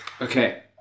Okay